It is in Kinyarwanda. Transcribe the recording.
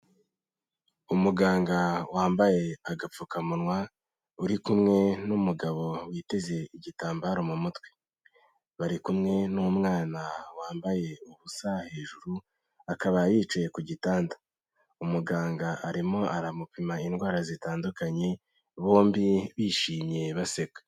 Umuganga wambaye agapfukamunwa, uri kumwe n'umugabo witeze igitambaro mu mutwe. Bari kumwe n'umwana wambaye ubusa hejuru, akaba yicaye ku gitanda. Umuganga arimo aramupima indwara zitandukanye, bombi bishimye baseka.